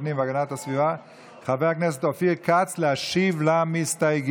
הפנים והגנת הסביבה חבר הכנסת אופיר כץ להשיב למסתייגים,